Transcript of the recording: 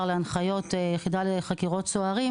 להנחיות היחידה לחקירות סוהרים,